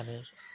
आरो